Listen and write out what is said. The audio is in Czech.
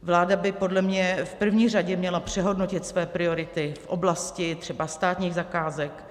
Vláda by podle mě v první řadě měla přehodnotit své priority v oblasti třeba státních zakázek.